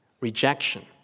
rejection